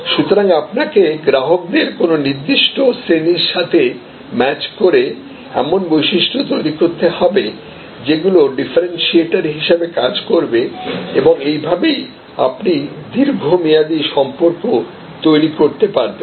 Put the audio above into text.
সুতরাং আপনাকে গ্রাহকদের কোন নির্দিষ্ট শ্রেণীর সাথে ম্যাচ করে এমন বৈশিষ্ট্য তৈরি করতে হবে যেগুলি ডিফারেনশিয়েটার হিসাবে কাজ করবে এবং এভাবেই আপনি দীর্ঘমেয়াদী সম্পর্ক তৈরি করতে পারবেন